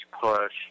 push